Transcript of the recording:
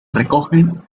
recogen